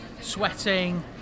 sweating